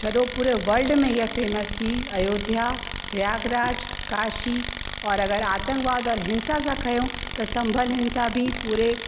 छॾो पूरे वल्ड में इहे फेमस थी अयोध्या प्रयागराज काशी और अगरि आतंकवाद और हिंसा सां खयो त संंभल हिंसा बि पूरे